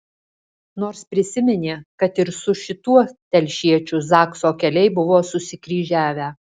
nors prisiminė kad ir su šituo telšiečiu zakso keliai buvo susikryžiavę